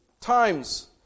times